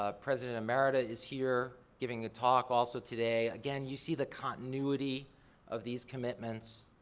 ah president emerita is here giving a talk, also today. again, you see the continuity of these commitments.